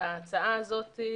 ההצעה הזאת,